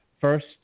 First